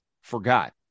forgot